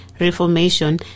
Reformation